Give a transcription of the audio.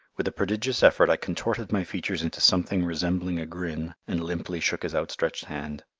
with a prodigious effort i contorted my features into something resembling a grin, and limply shook his outstretched hand.